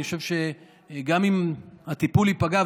אני חושב שגם אם הטיפול ייפגע,